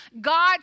God